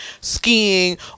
Skiing